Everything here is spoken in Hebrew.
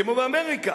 כמו באמריקה,